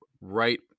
right